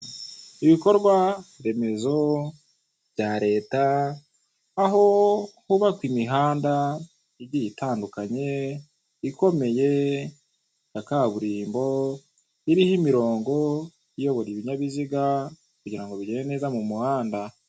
Ibikorwa remezo bya leta aho bubaka imihanda igiye itandukanye ikomeye ya kaburimbo iriho imirongo iyobora ibinyabiziga kugira ngo bigende neza mu mumuhanda.